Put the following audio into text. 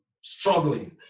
struggling